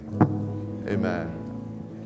Amen